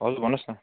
हजुर भन्नुहोस् न